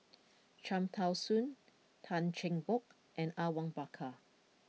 Cham Tao Soon Tan Cheng Bock and Awang Bakar